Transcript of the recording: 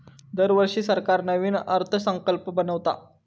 दरवर्षी सरकार नवीन अर्थसंकल्प बनवता